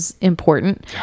important